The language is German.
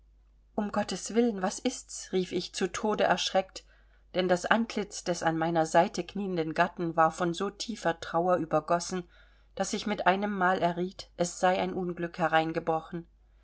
um gotteswillen was ist's rief ich zu tode erschreckt denn das antlitz des an meiner seite knieenden gatten war von so tiefer trauer übergossen daß ich mit einemmal erriet es sei ein unglück hereingebrochen